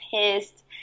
pissed